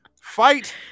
fight